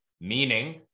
Meaning